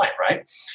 right